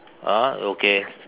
ah okay